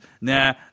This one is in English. Nah